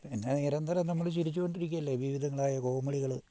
അങ്ങനെ നിരന്തരം നമ്മള് ചിരിച്ചു കൊണ്ടിരിക്കുകയല്ലെ വിവിധങ്ങളായ കോമടികള്